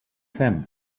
fem